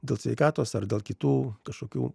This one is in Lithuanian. dėl sveikatos ar dėl kitų kažkokių